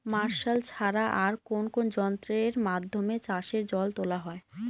Martial ছাড়া আর কোন কোন যন্ত্রেরর মাধ্যমে চাষের জল তোলা হয়?